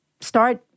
start